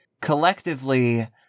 collectively